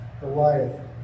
Goliath